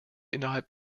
innerhalb